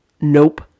Nope